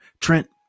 Trent